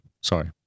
sorry